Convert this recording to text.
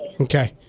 Okay